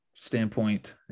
standpoint